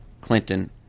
Clinton